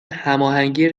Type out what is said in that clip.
هماهنگی